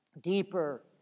deeper